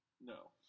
No